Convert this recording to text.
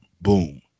Boom